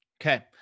okay